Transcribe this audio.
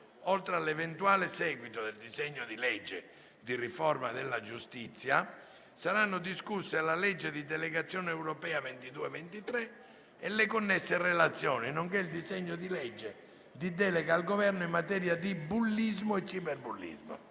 oltre all'eventuale seguito del disegno di legge di riforma della giustizia, saranno discusse la legge di delegazione europea 2022-2023 e le connesse relazioni, nonché il disegno di legge di delega al Governo in materia di bullismo e cyberbullismo,